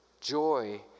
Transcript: joy